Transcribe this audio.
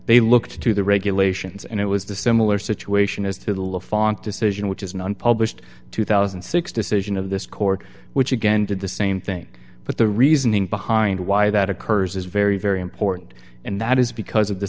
they looked to the regulations and it was dissimilar situation as to the lafont decision which is an unpublished two thousand and six decision of this court which again did the same thing but the reasoning behind why that occurs is very very important and that is because of the